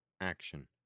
action